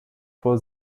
for